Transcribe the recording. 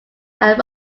are